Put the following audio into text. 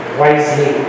wisely